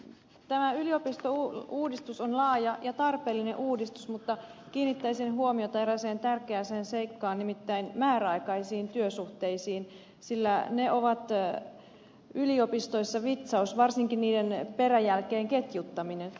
tämä yliopistouudistus on laaja ja tarpeellinen uudistus mutta kiinnittäisin huomiota erääseen tärkeään seikkaan nimittäin määräaikaisiin työsuhteisiin sillä ne ovat yliopistoissa vitsaus varsinkin niiden peräjälkeen ketjuttaminen